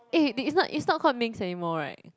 eh it's not it's not called mengs anymore [right]